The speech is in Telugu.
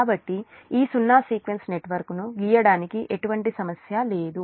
కాబట్టి ఈ సున్నా సీక్వెన్స్ నెట్వర్క్ను గీయడానికి ఎటువంటి సమస్య లేదు